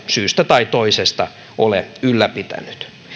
syystä tai toisesta lääkärivastaanottoja ole ylläpitänyt